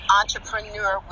entrepreneur